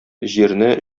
җирне